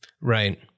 Right